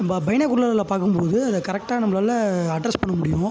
நம்ப பைனாகுலரில் பார்க்கும்போது அத கரெக்டாக நம்பளால் அட்ரஸ் பண்ணமுடியும்